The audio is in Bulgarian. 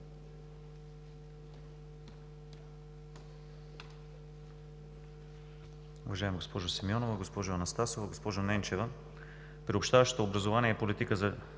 Уважаема госпожо Симеонова, госпожо Анастасова, госпожо Ненчева! Приобщаващото образование е политика